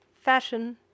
Fashion